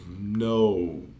no